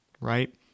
right